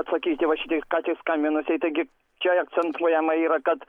atsakyti va šitai ką tik skambinusiai taigi čia akcentuojama yra kad